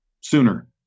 sooner